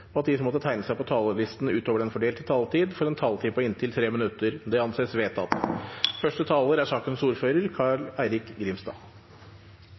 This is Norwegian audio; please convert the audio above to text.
de som måtte tegne seg på talerlisten utover den fordelte taletid, får en taletid på inntil 3 minutter. – Det anses vedtatt.